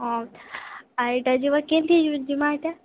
ହଁ ଆଏଟା ଯେ ବାକି କେନଥି ଯିମା ଇଟା